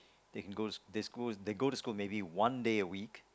they can go to they school they go to school maybe one day a week